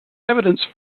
evidence